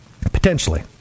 potentially